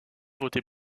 voter